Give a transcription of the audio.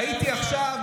ראיתי עכשיו,